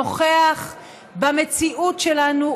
נוכח במציאות שלנו,